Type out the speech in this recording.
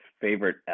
favorite